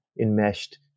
enmeshed